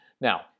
Now